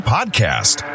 Podcast